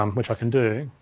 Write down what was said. um which i can do,